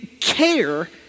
care